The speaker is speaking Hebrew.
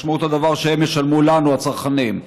משמעות הדבר שהם ישלמו לנו, הצרכנים.